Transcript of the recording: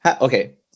okay